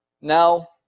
Now